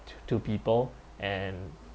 to to people and